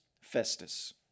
Festus